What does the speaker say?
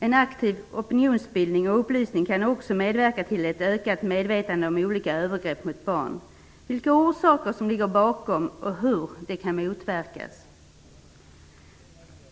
En aktiv opinionsbildning och upplysning kan också medverka till ett ökat medvetande om olika övergrepp mot barn, vilka orsaker som ligger bakom och hur de kan motverkas.